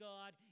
God